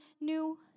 new